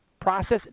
process